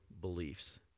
beliefs